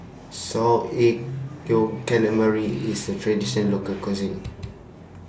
Salted Egg Yolk Calamari IS A Traditional Local Cuisine